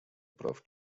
прав